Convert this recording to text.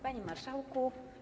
Panie Marszałku!